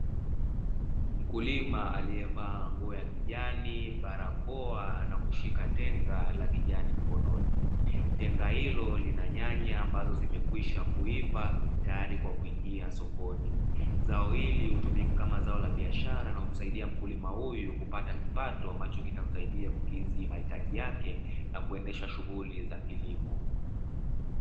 Mkulima aliyevaa nguo ya kijani, barakoa na kushika tenga la kijani mkononi, tenga hilo lina nyanya ambazo zimekwisha kuiva tayari kwa kuingia sokoni. Zao hili hutumika kama zao la biashara na humsaidia mkulima huyu kupata kipato ambacho kitamsaidia kukidhi mahitaji yake na kuendesha shughuli za kilimo.